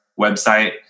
website